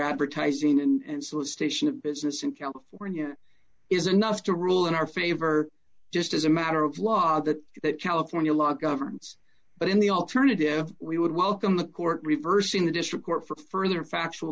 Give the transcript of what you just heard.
advertising and solicitation of business in california is enough to rule in our favor just as a matter of law that that california law governs but in the alternative we would welcome the court reversing the district court for further factual